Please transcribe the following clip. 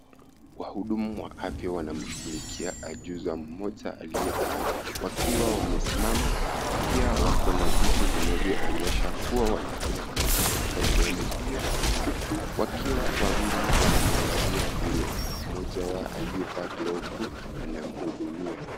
Wahudumu wa afya wanamshughulikia ajuza mmoja aliyekaa. Wakiwa wamesimama, pia wako na vitu vinavyoonyesha kuwa wanafanya kazi katika sehemu hiyo. Huku wakiwa wawili, wanamwangalia vile mmoja wao aliyevaa glovu anamhudumia.